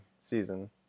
season